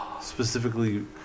specifically